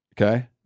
Okay